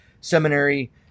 seminary